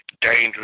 dangerous